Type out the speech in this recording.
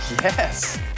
Yes